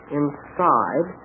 inside